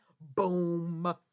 Boom